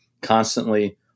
constantly